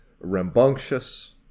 rambunctious